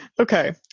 Okay